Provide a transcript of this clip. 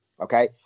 Okay